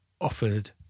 offered